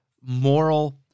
moral